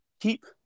keep